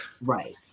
Right